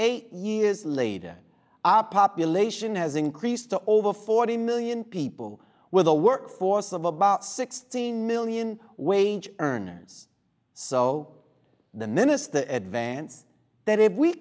eight years later our population has increased to over forty million people with a workforce of about sixteen million wage earners so the minister advanced that if we